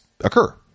occur